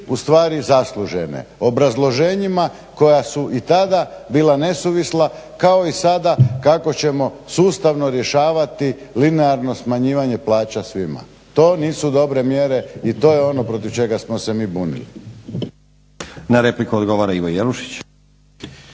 ustvari zaslužene, obrazloženjima koja su i tada bila nesuvisla kao i sada kako ćemo sustavno rješavati linearno smanjivanje plaća svima? To nisu dobre mjere i to je ono protiv čega smo se mi bunili. **Stazić, Nenad (SDP)** Na repliku odgovara Ivo Jelušić.